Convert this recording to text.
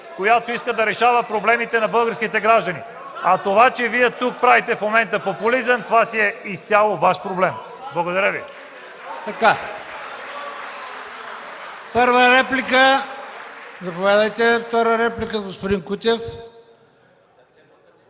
която иска да решава проблемите на българските граждани. (Шум и реплики от ДПС.) Това, че Вие тук правите в момента популизъм, това си е изцяло Ваш проблем. Благодаря Ви.